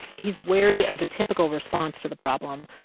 he's wary of the typical response to the problem,